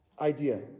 idea